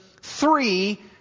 three